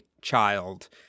child